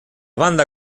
banda